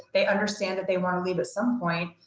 they understand that they want to leave at some point,